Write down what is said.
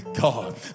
god